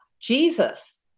Jesus